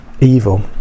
evil